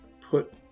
put